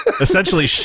Essentially